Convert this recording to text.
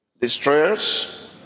Destroyers